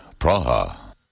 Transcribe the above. Praha